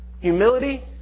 Humility